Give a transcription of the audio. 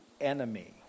enemy